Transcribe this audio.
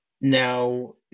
Now